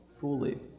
fully